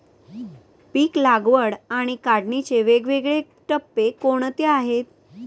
पीक लागवड आणि काढणीचे वेगवेगळे टप्पे कोणते आहेत?